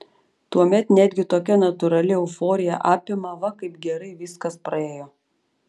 tuomet netgi tokia natūrali euforija apima va kaip gerai viskas praėjo